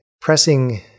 pressing